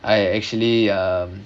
I actually um